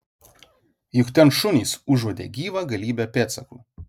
juk ten šunys užuodė gyvą galybę pėdsakų